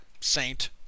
saint